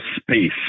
space